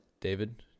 david